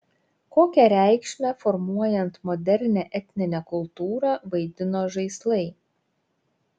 kokią reikšmę formuojant modernią etninę kultūrą vaidino žaislai